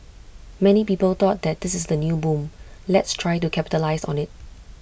many people thought that this is the new boom let's try to capitalise on IT